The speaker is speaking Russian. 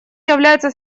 является